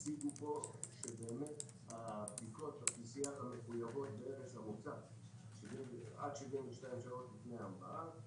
הציגו פה שבדיקות ה-PCR המחויבות בארץ המוצא הן עד 72 שעות לפני ההמראה.